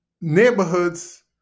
neighborhoods